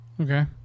Okay